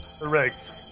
Correct